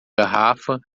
garrafa